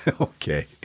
Okay